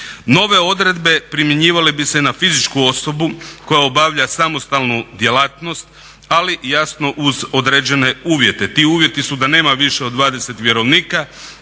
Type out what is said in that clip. Nove odredbe primjenjivale bi se na fizičku osobu koja obavlja samostalnu djelatnost ali jasno uz određene uvijete. Ti uvjeti su da nema više od 20 vjerovnika,